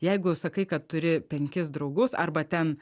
jeigu sakai kad turi penkis draugus arba ten